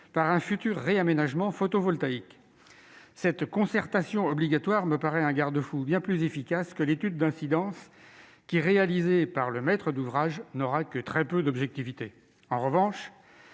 par un futur réaménagement photovoltaïque. Cette concertation obligatoire me paraît être un garde-fou bien plus efficace que l'étude d'incidence, qui, réalisée par le maître d'ouvrage, n'aura que très peu d'objectivité. En revanche,